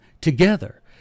together